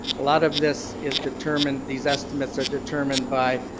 a lot of this is determined these estimates are determined by